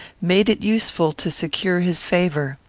made it useful to secure his favour.